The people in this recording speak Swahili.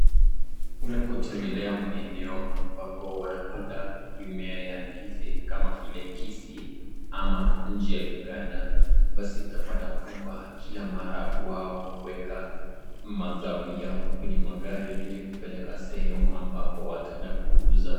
Unapotembelea maeneo ambapo wanapanda mimea ya ndizi kama vile Kisii ama nchi ya Uganda basi utapata kwamba kila mara wao huweka mazao yao kwenye magari ili kupeleka sehemu ambapo wataenda kuiuza.